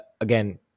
again